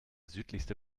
südlichste